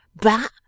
But